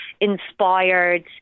inspired